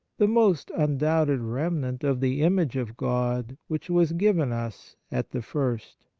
the most undoubted remnant of the image of god which was given us at the first.